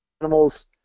animals